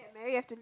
married have to